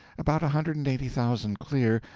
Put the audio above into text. about a hundred and eighty thousand clear,